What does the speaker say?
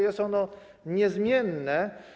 Jest ono niezmienne.